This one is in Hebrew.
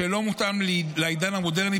שלא מותאם לעידן המודרני,